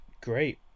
Great